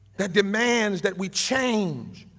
that demands that we change,